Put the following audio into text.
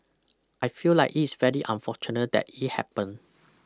I feel like it's very unfortunate that it happened